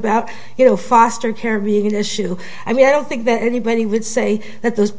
about you know foster care really an issue i mean i don't think that anybody would say that those